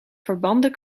verbanden